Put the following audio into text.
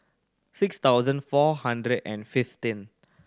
six thousand four hundred and fifteen